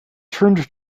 turned